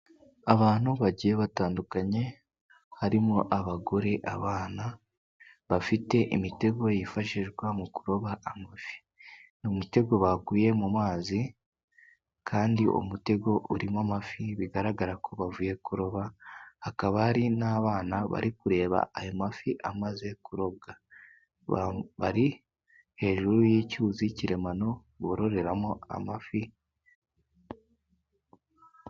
Abantu bagiye batandukanye, harimo abagore, abana, bafite imitego yifashishwa mu kuroba amafi, mu mitego bakuye mu mazi, kandi umutego urimo amafi bigaragara ko bavuye kuroba, hakaba hari n'abana bari kureba ayo mafi amaze kurobwa, bari hejuru y'icyuzi kiremano bororeramo amafi.